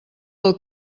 pel